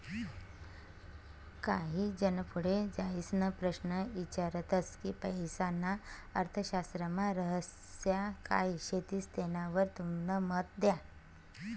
काही जन पुढे जाईसन प्रश्न ईचारतस की पैसाना अर्थशास्त्रमा समस्या काय शेतीस तेनावर तुमनं मत द्या